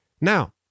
now